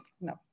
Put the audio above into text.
No